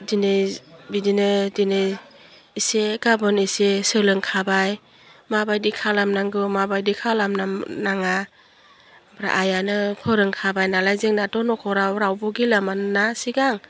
दिनै बिदिनो दिनै एसे गाबोन एसे सोलोंखाबाय मा बायदि खालामनांगौ मा बायदि खालाम नाङा आमफ्राइ आइयानो फोरोंखाबाय नालाय जोंनाथ' नखराव राबो गैलामोन ना सिगां